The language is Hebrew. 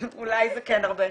אולי זה כן הרבה?